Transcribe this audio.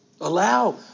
Allow